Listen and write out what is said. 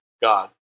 God